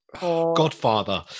godfather